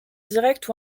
directe